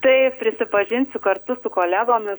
taip prisipažinsiu kartu su kolegomis